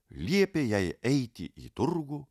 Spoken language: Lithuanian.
liepė jai eiti į turgų